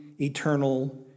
eternal